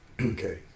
okay